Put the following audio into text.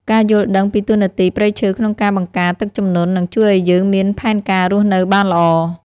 ការយល់ដឹងពីតួនាទីព្រៃឈើក្នុងការបង្ការទឹកជំនន់នឹងជួយឱ្យយើងមានផែនការរស់នៅបានល្អ។